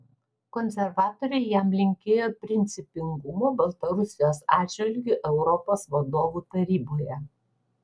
konservatoriai jam linkėjo principingumo baltarusijos atžvilgiu europos vadovų taryboje